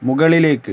മുകളിലേക്ക്